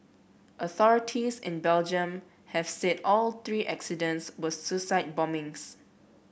authorities in Belgium have said all three incidents were suicide bombings